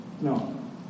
No